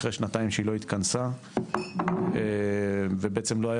אחרי שנתיים שבהן היא לא התכנסה ובעצם לא היה